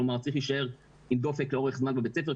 זאת אומרת צריך להישאר עם דופק לאורך זמן בבית הספר,